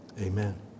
Amen